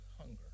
hunger